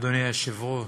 אדוני היושב-ראש,